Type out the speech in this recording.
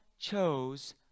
chose